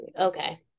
Okay